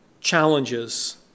challenges